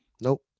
Nope